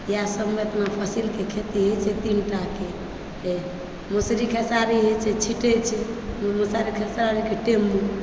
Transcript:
इएह सबमे आ पसन के खेती होइ छै तीनटा के मसुरी खेसारी होइ छै छिटइ छै मसुरी खेसारीके टाइम मे